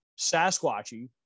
Sasquatchy